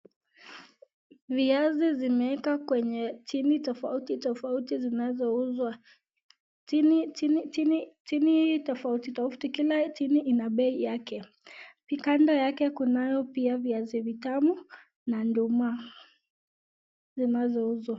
Viazi zimeekwa kwenye tini tofauti tofauti zinazouzwa. Tini tofauti tofauti, kila tini ina bei yake. Kando yake kunayo pia viazi vitamu na nduma zinazouzwa